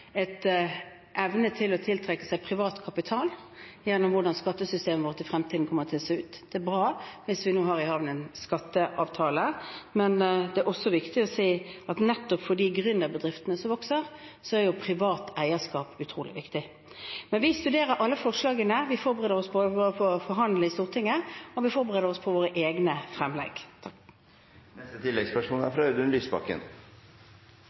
evne til å tiltrekke seg privat kapital gjennom hvordan skattesystemet vårt i fremtiden kommer til å se ut. Det er bra hvis vi nå har i havn en skatteavtale, men det er også viktig å si at nettopp for de gründerbedriftene som vokser, er privat eierskap utrolig viktig. Men vi studerer alle forslagene, vi forbereder oss på forhandlinger i Stortinget, og vi forbereder oss på våre egne fremlegg.